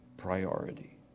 priority